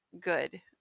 good